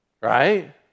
Right